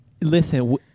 listen